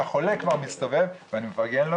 שהחולה כבר מסתובב אני מפרגן לו,